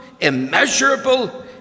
Immeasurable